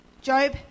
Job